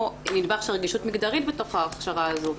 נדבך של רגישות מגדרית בתוך ההכשרה הזו?